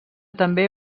també